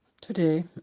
today